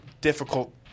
difficult